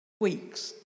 weeks